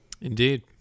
Indeed